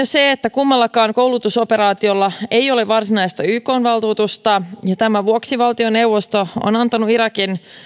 se että kummallakaan koulutusoperaatiolla ei ole varsinaista ykn valtuutusta ja tämän vuoksi valtioneuvosto on antanut irakin